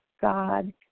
God